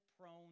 prone